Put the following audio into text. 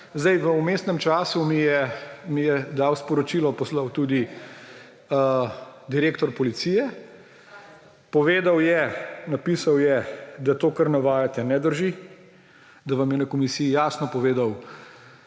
V vmesnem času mi je sporočilo poslal tudi direktor policije. Napisal je, da to, kar navajate, ne drži, da vam je na Komisiji jasno povedal,